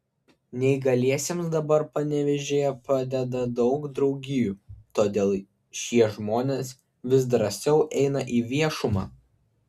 neįgaliesiems dabar panevėžyje padeda daug draugijų todėl šie žmonės vis drąsiau eina į viešumą